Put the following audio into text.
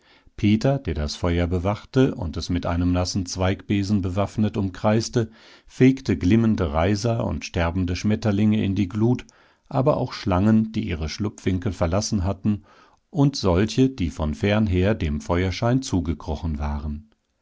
peter der das feuer bewachte und es mit einem nassen zweigbesen bewaffnet umkreiste fegte glimmende reiser und sterbende schmetterlinge in die glut aber auch schlangen die ihre schlupfwinkel verlassen hatten und solche die von fernher dem feuerschein zugekrochen waren